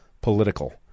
political